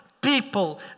People